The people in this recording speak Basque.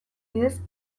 bidez